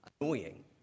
annoying